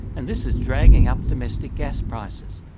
and this is dragging up domestic gas prices.